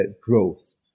growth